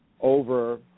over